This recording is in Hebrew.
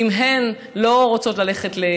ואם הן לא רוצות ללכת למקלט,